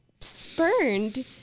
spurned